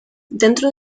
dentro